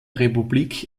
republik